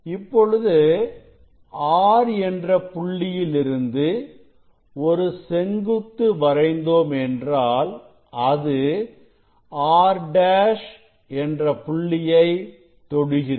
இப்பொழுது R என்ற புள்ளியில் இருந்து ஒரு செங்குத்து வரைந்தோம் என்றால் அது R' என்ற புள்ளியை தொடுகிறது